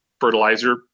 fertilizer